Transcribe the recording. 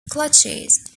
clutches